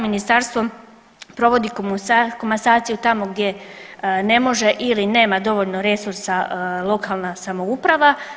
Ministarstvo provodi komasaciju tamo gdje ne može ili nema dovoljno resursa lokalna samouprava.